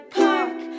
park